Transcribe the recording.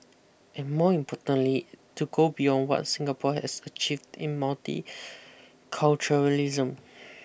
and more importantly to go beyond what Singapore has achieved in multiculturalism